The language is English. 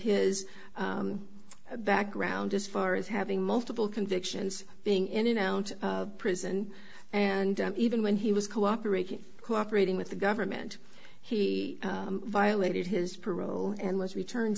his background as far as having multiple convictions being in an ounce of prison and even when he was cooperating cooperating with the government he violated his parole and was return